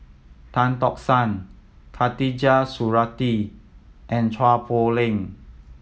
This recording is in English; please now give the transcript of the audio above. Tan Tock San Khatijah Surattee and Chua Poh Leng